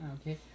okay